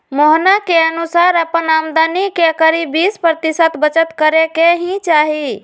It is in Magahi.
मोहना के अनुसार अपन आमदनी के करीब बीस प्रतिशत बचत करे के ही चाहि